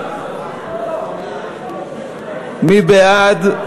מי בעד,